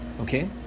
okay